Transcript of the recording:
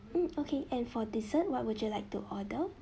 mm okay and for dessert what would you like to order